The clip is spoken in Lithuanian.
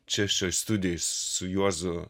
čia šioj studijoj su juozu